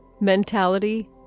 mentality